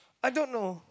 I don't know